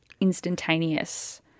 instantaneous